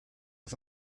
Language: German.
auf